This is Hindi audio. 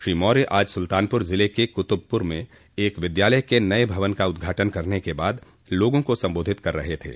श्री मौर्य आज सुल्तानपुर जिले के कुतुबपुर में एक विद्यालय के नये भवन का उदघाटन करने के बाद लोगों को संबोधित कर रहे थे